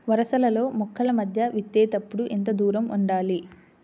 వరసలలో మొక్కల మధ్య విత్తేప్పుడు ఎంతదూరం ఉండాలి?